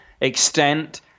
extent